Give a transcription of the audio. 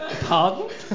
Pardon